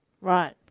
Right